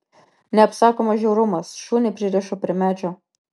neapsakomas žiaurumas šunį pririšo prie medžio